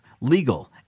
legal